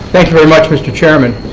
thank you very much, mr. chairman.